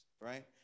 right